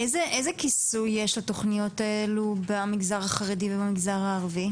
איזה כיסוי יש לתכניות האלה במגזר החרדי ובמגזר הערבי?